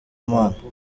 mana